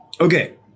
Okay